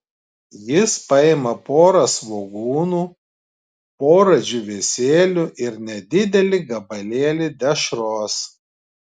jis paima porą svogūnų porą džiūvėsėlių ir nedidelį gabalėlį dešros